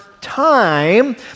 time